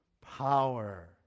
power